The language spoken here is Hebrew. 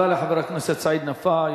תודה לחבר הכנסת סעיד נפאע.